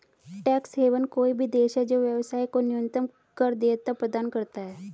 tax haven कोई भी देश है जो व्यवसाय को न्यूनतम कर देयता प्रदान करता है